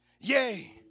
Yay